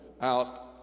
out